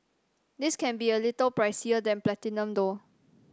this can be a little pricier than Platinum though